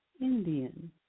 Indian